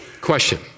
Question